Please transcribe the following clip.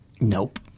Nope